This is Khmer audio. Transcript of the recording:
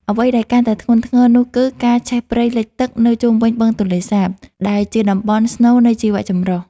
អ្វីដែលកាន់តែធ្ងន់ធ្ងរនោះគឺការឆេះព្រៃលិចទឹកនៅជុំវិញបឹងទន្លេសាប ដែលជាតំបន់ស្នូលនៃជីវចម្រុះ។